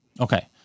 Okay